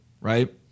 right